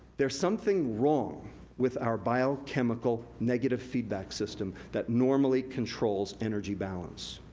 there's something wrong with our biochemical negative feedback system that normally controls energy balance.